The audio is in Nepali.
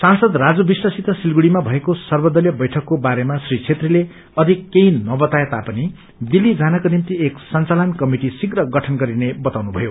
सांसद राजू विष्टसित सिलगढ़ीमा भएको सर्वदसीय वैठकको बारेमा श्री छेत्रीले अधिक केही नवताए तापनि दिल्ली जोनको निम्ति एक संचालन क्रमिटि शीव्र गठन गरिने बताउनुभयो